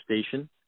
Station